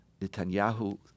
Netanyahu